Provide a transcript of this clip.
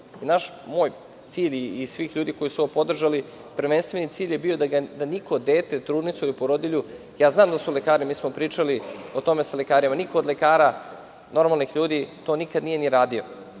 Naš, moj cilj i svih ljudi koji su ovo podržali, prvenstveni cilj je bio da niko dete, trudnicu ili porodilju, a znam da su lekari, mi smo pričali o tome sa lekarima, niko od lekara, normalnih ljudi to nikad nije radio,